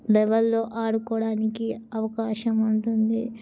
లెవెల్లో ఆడుకోవడానికి అవకాశం ఉంటుంది